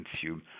consume